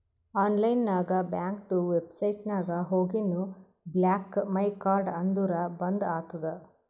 online ನಾಗ್ ಬ್ಯಾಂಕ್ದು website ನಾಗ್ ಹೋಗಿನು ಬ್ಲಾಕ್ ಮೈ ಕಾರ್ಡ್ ಅಂದುರ್ ಬಂದ್ ಆತುದ